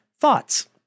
thoughts